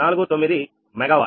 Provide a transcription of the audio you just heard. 49 megawatt